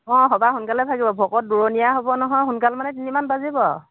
অঁ সভাহ সোনকালে ভাঙিব ভকত দূৰণিয়া হ'ব নহয় সোনকালে মানে তিনিমান বাজিব আৰু